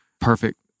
perfect